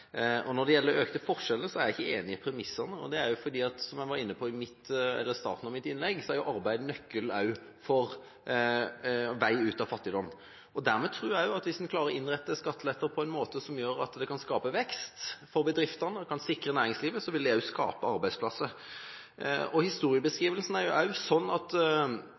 Når det gjelder økte forskjeller, er jeg ikke enig i premissene. Det er fordi, som jeg var inne på i starten av mitt innlegg, arbeid er nøkkelen også til veien ut av fattigdom. Dermed tror jeg også at hvis en klarer å innrette skatteletter på en måte som gjør at det kan skape vekst for bedriftene og kan sikre næringslivet, vil det skape arbeidsplasser. Historiebeskrivelsen er også sånn – og der er jeg helt enig med Arbeiderpartiet – at